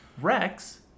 Rex